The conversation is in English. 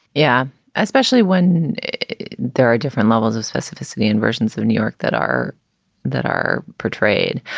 yeah especially when there are different levels of specificity in versions of new york that are that are portrayed.